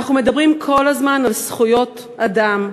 אנחנו מדברים כל הזמן על זכויות אדם,